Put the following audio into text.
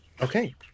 Okay